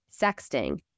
sexting